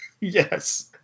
Yes